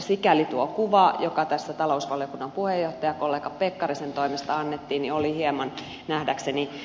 sikäli tuo kuva joka tässä talousvaliokunnan puheenjohtajan kollega pekkarisen toimesta annettiin oli hieman nähdäkseni